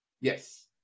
Yes